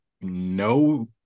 no